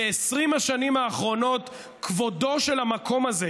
ב-20 השנים האחרונות כבודו של המקום הזה,